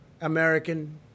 American